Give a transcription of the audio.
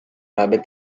rabbit